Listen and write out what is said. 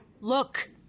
Look